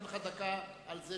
אני אתן לך דקה על זה